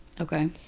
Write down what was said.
Okay